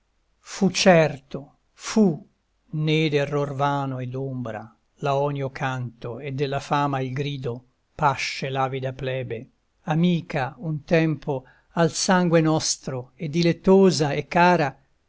fu certo fu né d'error vano e d'ombra l'aonio canto e della fama il grido pasce l'avida plebe amica un tempo al sangue nostro e dilettosa e cara